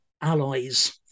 allies